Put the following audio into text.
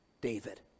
David